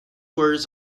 words